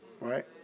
Right